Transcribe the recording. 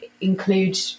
include